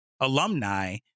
alumni